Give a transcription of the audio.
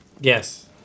Yes